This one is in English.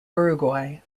uruguay